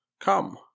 Come